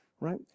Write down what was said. Right